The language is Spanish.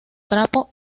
trapo